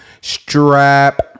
Strap